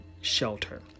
shelter